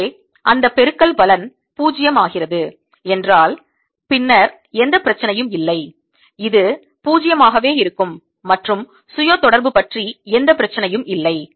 எனவே அந்தப் பெருக்கல் பலன் 0 ஆகிறது என்றால் பின்னர் எந்த பிரச்சினையும் இல்லை இது 0 ஆகவே இருக்கும் மற்றும் சுய தொடர்பு பற்றி எந்த பிரச்சனையும் இல்லை